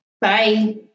Bye